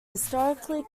historically